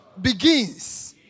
begins